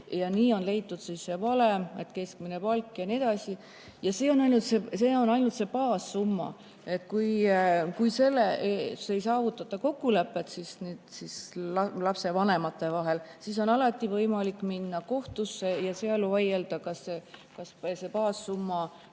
Ja nii on leitud see valem: keskmine palk ja nii edasi. See on ainult baassumma. Kui selles osas ei saavutata kokkulepet lapsevanemate vahel, siis on alati võimalik minna kohtusse ja seal vaielda, kas see baassumma